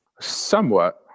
Somewhat